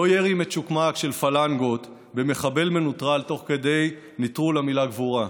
לא ירי מצ'וקמק של פלנגות במחבל מנוטרל תוך כדי נטרול המילה גבורה.